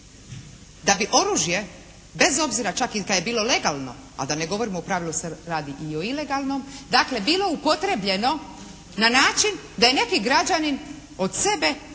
da bi oružje bez obzira čak i da je bilo legalno, a da ne govorim u pravilu se radi i o ilegalnom, dakle bilo upotrebljeno na način da je neki građanin od sebe otklonio